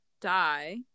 die